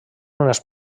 unes